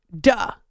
Duh